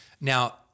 Now